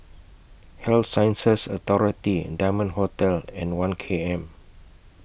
Health Sciences Authority Diamond Hotel and one K M